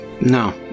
no